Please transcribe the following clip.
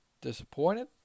disappointed